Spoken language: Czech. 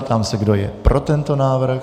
Ptám se, kdo je pro tento návrh.